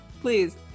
Please